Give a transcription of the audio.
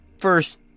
first